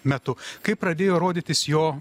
metu kai pradėjo rodytis jo